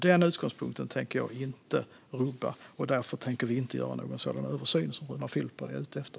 Den utgångspunkten tänker jag inte rubba, och därför tänker vi inte göra någon sådan översyn som Runar Filper är ute efter.